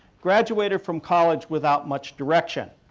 graduated from college without much direction.